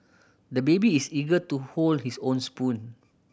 the baby is eager to hold his own spoon